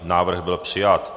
Návrh byl přijat.